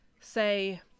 say